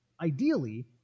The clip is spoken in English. ideally